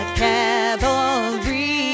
cavalry